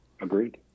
agreed